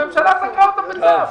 הממשלה סגרה אותם בצו.